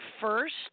first